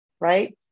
Right